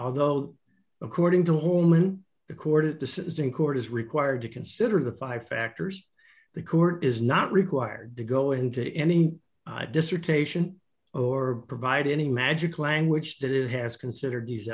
although according to horman the court at this is in court is required to consider the five factors the court is not required to go into any dissertation or provide any magic language that it has considered these